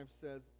says